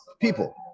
people